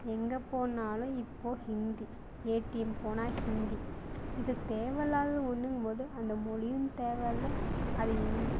எங்கே போனாலும் இப்போது ஹிந்தி ஏடிஎம் போனால் ஹிந்தி இது தேவைல்லாத ஒன்றுங்கும்போது அந்த மொழியும் தேவைல்ல அது இந்